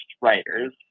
writers